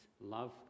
love